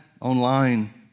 online